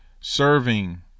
Serving